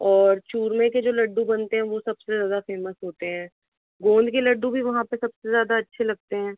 और चूरमे के जो लड्डू बनते हैं वो सबसे ज़्यादा फेमस होते हैं गोंद के लड्डू भी वहाँ पर सबसे ज्यादा अच्छे लगते हैं